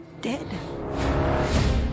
dead